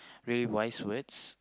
really wise words